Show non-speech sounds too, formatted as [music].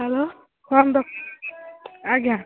hello କ'ଣ ଦରକାର [unintelligible] ଆଜ୍ଞା